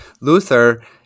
Luther